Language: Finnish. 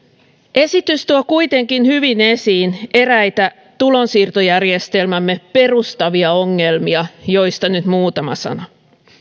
esitys tuo kuitenkin hyvin esiin eräitä tulonsiirtojärjestelmämme perustavia ongelmia joista nyt muutama sana